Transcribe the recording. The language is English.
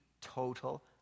total